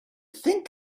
think